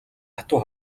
хатуу